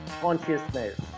consciousness